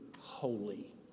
holy